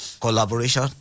collaboration